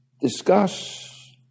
discuss